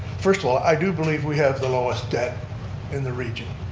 first of all, i do believe we have the lowest debt in the region,